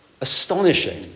astonishing